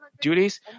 duties